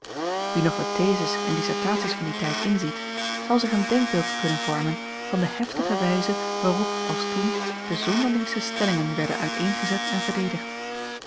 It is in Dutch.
wie nog de theses en dissertaties van dien tijd inziet zal zich een denkbeeld kunnen vormen van de heftige wijze waarop alstoen de zonderlingste stellingen werden uiteengezet en verdedigd